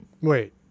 Wait